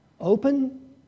Open